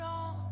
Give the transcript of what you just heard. on